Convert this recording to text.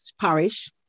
parish